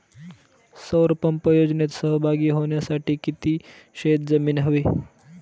सौर पंप योजनेत सहभागी होण्यासाठी किती शेत जमीन हवी?